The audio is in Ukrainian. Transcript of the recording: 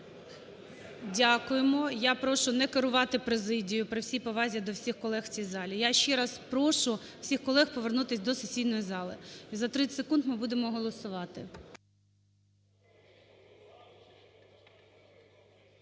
Дякуємо. Я прошу не керувати президією при всій повазі до всіх колег в цій залі. Я ще раз прошу всіх колег повернутись до сесійної зали, і за 30 секунд ми будемо голосувати.